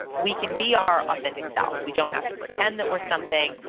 we can be our authentic selves. we don't have to pretend that we're something,